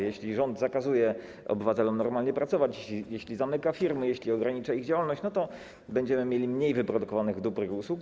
Jeśli rząd zakazuje obywatelom normalnie pracować, jeśli zamyka firmy, jeśli ogranicza ich działalność, to będziemy mieli mniej wyprodukowanych dóbr i usług.